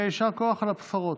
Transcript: יישר כוח על הבשורות.